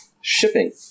Shipping